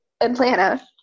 Atlanta